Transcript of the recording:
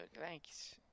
Thanks